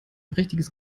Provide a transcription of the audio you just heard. prächtiges